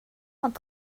ond